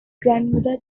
grandmother